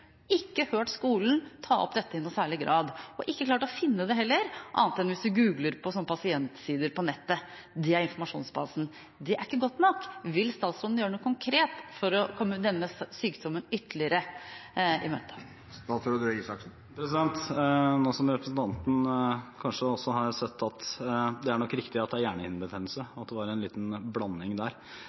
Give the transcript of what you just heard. ikke hørt skolen ta opp dette i noen særlig grad, og har ikke klart å finne noe heller, annet enn hvis man googler det på pasientsider på nettet. Det er informasjonsbasen, og det er ikke godt nok. Vil statsråden gjøre noe konkret for å komme denne sykdommen ytterligere i møte? Nå som representanten kanskje har sett at det nok er riktig at det gjelder hjernehinnebetennelse – at det var en liten blanding der